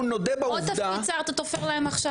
עוד תפקיד שר אתה תופר להם עכשיו?